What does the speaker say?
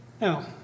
Now